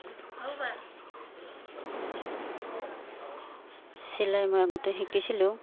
চিলাই মই আগতে শিকিছিলোঁ